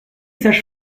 sages